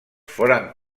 foren